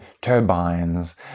turbines